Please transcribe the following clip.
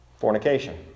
Fornication